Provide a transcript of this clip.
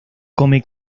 come